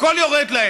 הכול יורד להם.